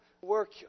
work